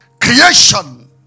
creation